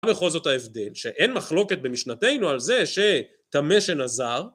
בכל זאת ההבדל שאין מחלוקת במשנתנו על זה שטמא שנזר